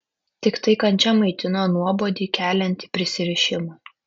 tiktai kančia maitino nuobodį keliantį prisirišimą